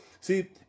See